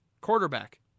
Quarterback